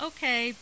Okay